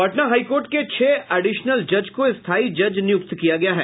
Patna high court के छह additional जज को स्थायी जज नियुक्त किया गया है